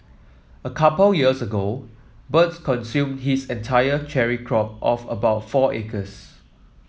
a couple years ago birds consumed his entire cherry crop of about four acres